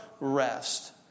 rest